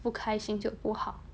不开心就不好